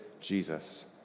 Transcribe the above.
Jesus